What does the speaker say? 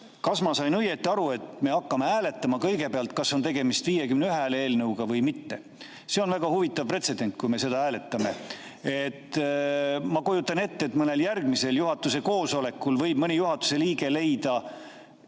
kas ma sain õigesti aru, et me hakkame kõigepealt hääletama seda, kas tegemist on 51 hääle eelnõuga või mitte? See on väga huvitav pretsedent, kui me seda hääletame. Ma kujutan ette, et mõnel järgmisel juhatuse koosolekul võib mõni juhatuse liige leida